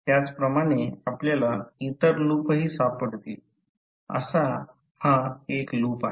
त्याचप्रमाणे आपल्याला इतर लूपही सापडतील असा हा एक लूप आहे